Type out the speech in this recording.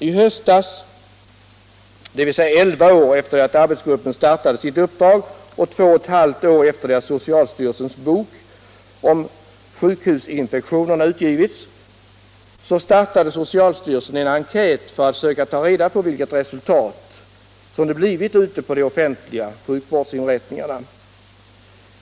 I höstas, dvs. elva år efter det att arbetsgruppen påbörjat sitt arbete och två och ett halvt år efter det att socialstyrelsens bok om sjukhusinfektionerna utgivits, startade socialstyrelsen en enkät för att försöka ta reda på vilket resultatet blivit på de offentliga sjukvårdsinrättningarna.